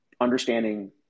understanding